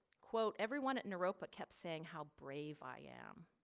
quote, everyone at naropa kept saying how brave i am.